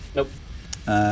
Nope